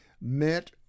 met